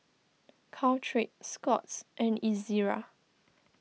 Caltrate Scott's and Ezerra